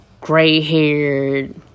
gray-haired